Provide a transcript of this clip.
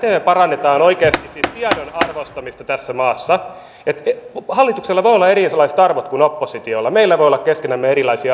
sen jälkeen maatilat voisivat tehdä tätä ihan palkkaamista sinne maatiloillekin töihin niin kuin muihinkin paikkoihin